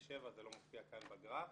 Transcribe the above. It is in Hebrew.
ל-27 - זה לא מופיע כאן בגרף